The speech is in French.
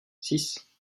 six